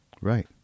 Right